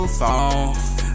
phone